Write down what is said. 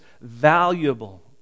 valuable